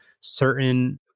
certain